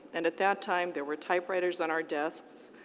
and at that time there were typewriters on our desks,